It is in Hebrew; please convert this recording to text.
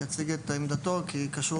יציג את עמדתו כי זה קשור